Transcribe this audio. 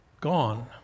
gone